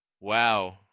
Wow